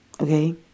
okay